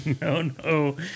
No-no